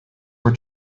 were